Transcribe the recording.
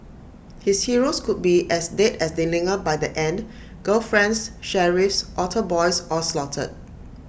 his heroes could be as dead as Dillinger by the end girlfriends sheriffs altar boys all slaughtered